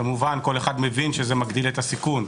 כמובן כל אחד מבין שזה מגדיל את הסיכון.